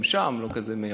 גם שם לא כזה מיהרו.